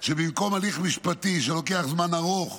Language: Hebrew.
שבמקום הליך משפטי שלוקח זמן ארוך,